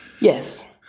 Yes